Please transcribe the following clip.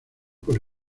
por